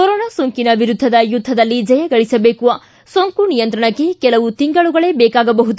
corona ಸೋಂಕಿನ ವಿರುದ್ಧದ ಯುದ್ಧದಲ್ಲಿ ಜಯ ಗಳಿಸಬೇಕು ಸೋಂಕು ನಿಯಂತ್ರಣಕ್ಕೆ ಕೆಲವು ತಿಂಗಳುಗಳೇ ಬೇಕಾಗಬಹುದು